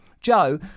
Joe